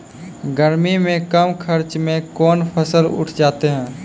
गर्मी मे कम खर्च मे कौन फसल उठ जाते हैं?